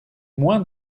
moins